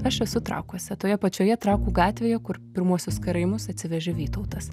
aš esu trakuose toje pačioje trakų gatvėje kur pirmuosius karaimus atsivežė vytautas